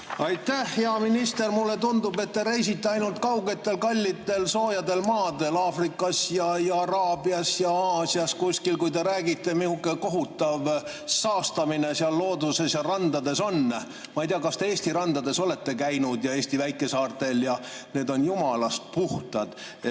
Aitäh! Hea minister! Mulle tundub, et te reisite ainult kaugetel, kallitel soojadel maadel, Aafrikas ja Araabias ja Aasias kuskil, kui te räägite, missugune kohutav saastamine looduses ja randades on. Ma ei tea, kas te Eesti randades olete käinud ja Eesti väikesaartel. Need on jumalast puhtad.